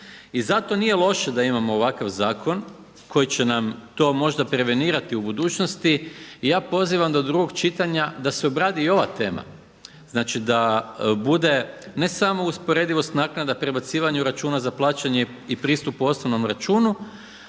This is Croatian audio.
I zato nije loše da imamo ovakav zakon koji će nam to možda prevenirati u budućnosti. I ja pozivam do drugog čitanja da se obradi i ova tema. Znači da bude ne samo usporedivost naknada prebacivanju računa za plaćanje i pristupu osnovnom računu